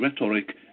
rhetoric